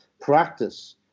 practice